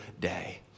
day